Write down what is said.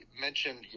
mentioned